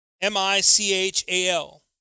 M-I-C-H-A-L